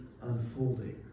unfolding